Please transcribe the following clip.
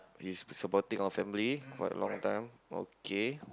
he's supporting our family quite long time okay